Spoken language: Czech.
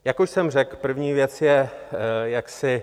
Jak už jsem řekl, první věc je jaksi...